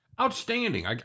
Outstanding